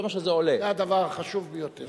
זה מה שזה עולה, זה הדבר החשוב ביותר.